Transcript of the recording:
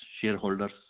shareholders